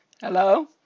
Hello